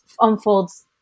unfolds